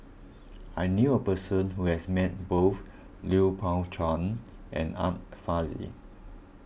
I knew a person who has met both Lui Pao Chuen and Art Fazil